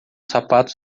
sapatos